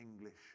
English